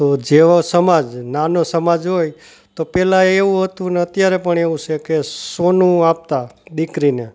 તો જેવો સમાજ નાનો સમાજ હોય તો પહેલાં એવું હતું ને અત્યારે પણ એવું છે કે સોનું આપતા દીકરીને